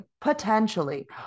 potentially